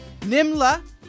Nimla